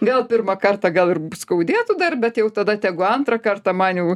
gal pirmą kartą gal ir skaudėtų dar bet jau tada tegu antrą kartą man jau